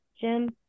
Jim